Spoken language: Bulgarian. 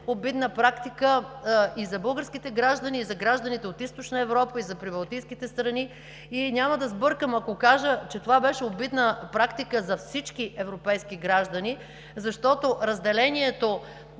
обидна практика и за българските граждани, и за гражданите от Източна Европа и за Прибалтийските страни. Няма да сбъркам, ако кажа, че това беше обидна практика за всички европейски граждани, защото разделението